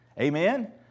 Amen